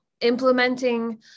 implementing